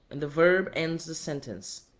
and the verb ends the sentence.